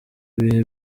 ibihe